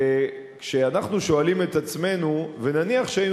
וכשאנחנו שואלים את עצמנו: ונניח שהיינו